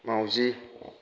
माउजि